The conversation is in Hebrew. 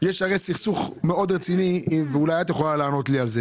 יש סכסוך מאוד רציני ואולי את יכולה לענות לי על זה